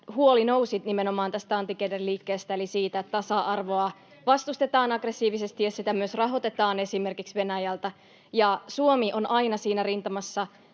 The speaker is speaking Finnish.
huoli nousi nimenomaan tästä antigender-liikkeestä eli siitä, että tasa-arvoa vastustetaan aggressiivisesti ja että tätä liikettä myös rahoitetaan esimerkiksi Venäjältä. Suomi on aina siinä rintamassa,